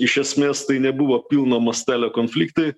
iš esmės tai nebuvo pilno mastelio konfliktai